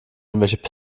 irgendwelche